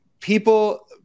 people